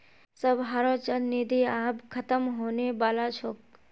सबहारो चल निधि आब ख़तम होने बला छोक